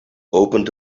opened